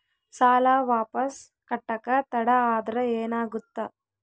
ಸಾಲ ವಾಪಸ್ ಕಟ್ಟಕ ತಡ ಆದ್ರ ಏನಾಗುತ್ತ?